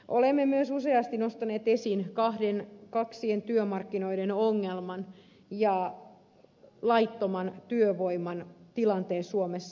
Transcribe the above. olemme myös useasti nostaneet esiin kaksien työmarkkinoiden ongelman ja laittoman työvoiman tilanteen suomessa